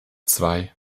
zwei